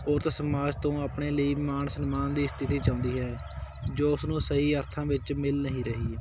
ਔਰਤ ਸਮਾਜ ਤੋਂ ਆਪਣੇ ਲਈ ਮਾਣ ਸਨਮਾਨ ਦੀ ਸਥਿਤੀ ਚਾਹੁੰਦੀ ਹੈ ਜੋ ਉਸ ਨੂੰ ਸਹੀ ਅਰਥਾਂ ਵਿੱਚ ਮਿਲ ਨਹੀਂ ਰਹੀ